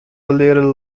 later